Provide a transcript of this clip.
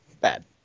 bad